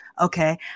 Okay